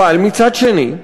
אבל מצד שני,